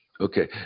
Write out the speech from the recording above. Okay